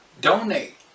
donate